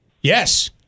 Yes